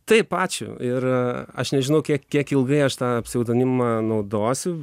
taip ačiū ir aš nežinau kiek kiek ilgai aš tą pseudonimą naudosiu